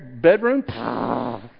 bedroom